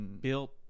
built